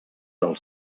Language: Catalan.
del